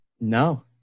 no